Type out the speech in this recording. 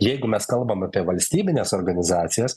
jeigu mes kalbam apie valstybines organizacijas